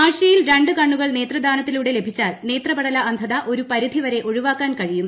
ആഴ്ചയിൽ രണ്ട് കണ്ണുകൾ നേത്രദാനത്തിലൂടെ ലഭിച്ചാൽ നേത്രപടല അന്ധത ഒരു പരിധിവരെ ഒഴ്ച്ചാക്കാൻ കഴിയും